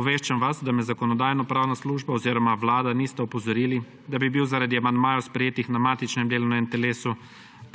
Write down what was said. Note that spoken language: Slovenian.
Obveščam vas, da me Zakonodajno-pravna služba oziroma vlada nista opozorili, da bi bil zaradi amandmajev sprejetih na matičnem delovnem telesu